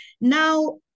Now